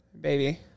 baby